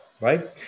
right